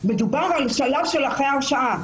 מדובר על שלב של אחרי הרשעה.